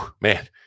man